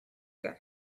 get